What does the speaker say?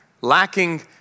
lacking